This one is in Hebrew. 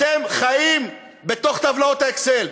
אתם חיים בתוך טבלאות ה"אקסל".